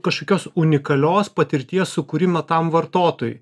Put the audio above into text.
kažkokios unikalios patirties sukūrimą tam vartotojui